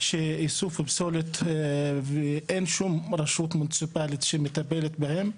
איסוף פסולת ואין שום רשות מוניציפלית שמטפלת בהם,